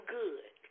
good